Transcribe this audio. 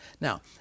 Now